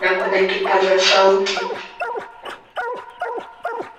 na kuna kipaza sauti.